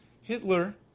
Hitler